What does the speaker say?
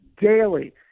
daily